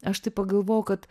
aš taip pagalvojau kad